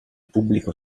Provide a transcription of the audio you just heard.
pubblico